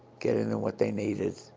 getting them what they needed,